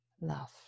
love